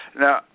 Now